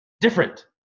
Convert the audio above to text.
different